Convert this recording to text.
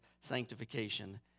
sanctification